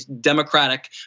democratic